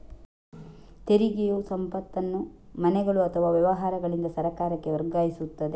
ತೆರಿಗೆಯು ಸಂಪತ್ತನ್ನು ಮನೆಗಳು ಅಥವಾ ವ್ಯವಹಾರಗಳಿಂದ ಸರ್ಕಾರಕ್ಕೆ ವರ್ಗಾಯಿಸುತ್ತದೆ